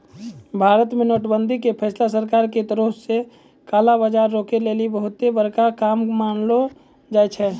भारत मे नोट बंदी के फैसला सरकारो के तरफो से काला बजार रोकै लेली बहुते बड़का काम मानलो जाय छै